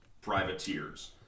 privateers